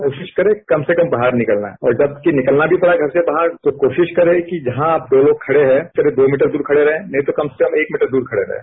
कोशिश करे कम से कम घर से बाहर निकलना और जबकि निकलना भी पड़े घर से बाहर तो कोशिश करें कि जहां आप दो लोग खड़े हैं करीब दो मीटर दूर खडें रहें नहीं तो कम से कम एक मीटर दूर खड़े रहें